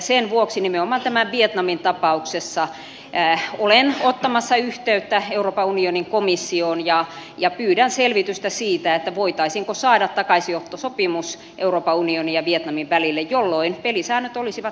sen vuoksi nimenomaan tässä vietnamin tapauksessa olen ottamassa yhteyttä euroopan unionin komissioon ja pyydän selvitystä siitä voitaisiinko saada takaisinottosopimus euroopan unionin ja vietnamin välille jolloin pelisäännöt olisivat selvät